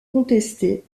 contestée